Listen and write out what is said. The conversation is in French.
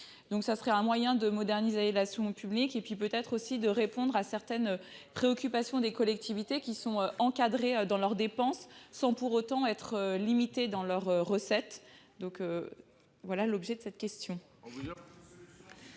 due. Ce serait un moyen de modernisation publique et peut-être aussi une réponse à certaines préoccupations des collectivités : elles sont encadrées dans leurs dépenses sans, pour autant, être limitées dans leurs recettes. Tel est l'objet de cette question.